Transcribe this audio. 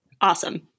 Awesome